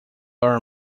are